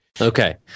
Okay